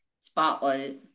Spotlight